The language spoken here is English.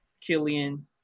Killian